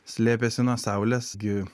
slėpėsi nuo saulės gi